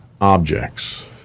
objects